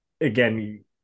again